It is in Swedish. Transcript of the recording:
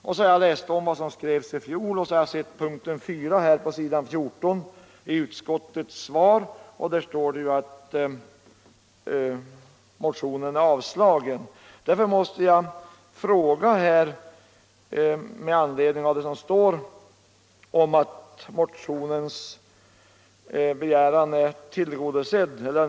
Då har jag läst om vad som skrevs i fjol och jämfört med vad som står på s. 14 i det utskottsbetänkande som vi nu behandlar. Förra gången skrev alltså utskottet att man ansåg önskemålen i motionen tillgodosedda.